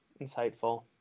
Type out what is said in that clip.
insightful